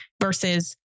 versus